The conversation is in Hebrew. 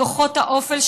כוחות האופל,